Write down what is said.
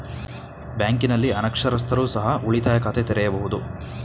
ಬ್ಯಾಂಕಿನಲ್ಲಿ ಅನಕ್ಷರಸ್ಥರು ಸಹ ಉಳಿತಾಯ ಖಾತೆ ತೆರೆಯಬಹುದು?